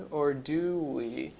or do we?